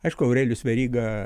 aišku aurelijus veryga